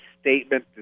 statement